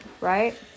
Right